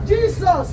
Jesus